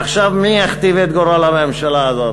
עכשיו מי יכתיב את גורל הממשלה הזאת?